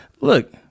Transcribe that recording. look